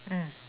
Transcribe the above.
mm